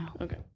Okay